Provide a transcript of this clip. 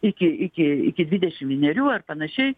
iki iki iki dvidešim vienerių ar panašiai